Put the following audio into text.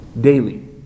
daily